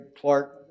Clark